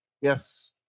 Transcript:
Yes